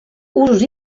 usos